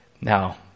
Now